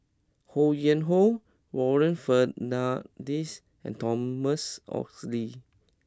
Ho Yuen Hoe Warren Fernandez and Thomas Oxley